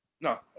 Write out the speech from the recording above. No